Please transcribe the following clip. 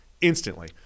instantly